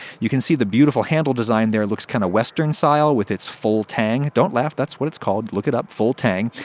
you can see the beautiful handle design there looks kinda western-style with its full tang. don't laugh that's what that's called. look it up full tang.